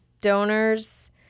donors